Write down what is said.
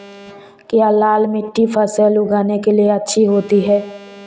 क्या लाल मिट्टी फसल उगाने के लिए अच्छी होती है?